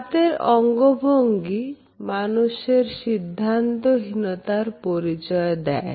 হাতের অঙ্গভঙ্গি মানুষের সিদ্ধান্তহীনতার পরিচয় দেয়